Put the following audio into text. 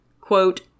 quote